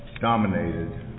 dominated